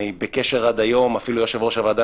אני בקשר עד היום אפילו יושב-ראש הוועדה